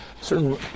certain